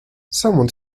someone